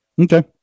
Okay